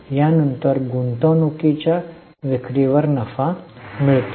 यानंतर गुंतवणूकींच्या विक्रीवर नफा मिळतो